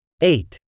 eight